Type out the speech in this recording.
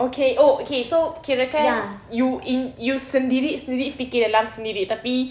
okay oh okay so kira kan you in you sendiri sendiri fikir dalam sendiri tapi